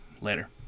later